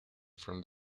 from